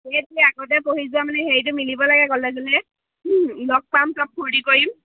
সেইটোৱে আগতে পঢ়ি যোৱা মানে হেৰিটো মিলিব লাগে ক'লেজলৈ লগ পাম চব ফূৰ্তি কৰিম